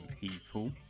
people